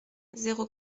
zéro